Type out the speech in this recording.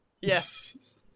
Yes